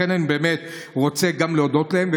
לכן אני באמת רוצה להודות להם.